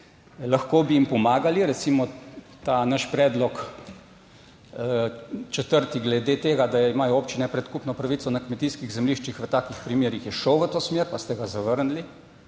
lahko bi jim pomagali, recimo ta naš predlog, četrti glede tega, da imajo občine predkupno pravico na kmetijskih zemljiščih v takih primerih je šel v to smer, pa ste ga zavrnili.